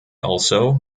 also